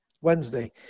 Wednesday